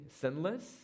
sinless